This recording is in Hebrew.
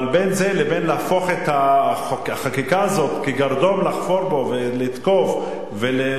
אבל בין זה לבין להפוך את החקיקה הזאת לקרדום לחפור בו ולתקוף ולסגור,